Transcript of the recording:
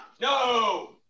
No